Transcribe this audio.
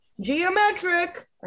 Geometric